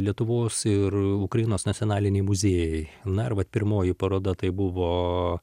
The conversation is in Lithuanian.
lietuvos ir ukrainos nacionaliniai muziejai na ir va pirmoji paroda tai buvo